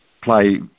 play